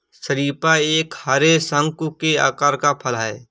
शरीफा एक हरे, शंकु के आकार का फल है